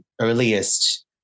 earliest